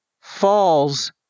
falls